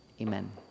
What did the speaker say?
Amen